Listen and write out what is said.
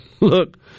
Look